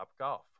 Topgolf